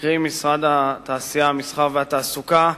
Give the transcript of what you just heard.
קרי משרד התעשייה, המסחר והתעסוקה,